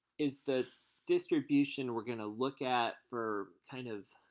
is the distribution we are going to look at for kind of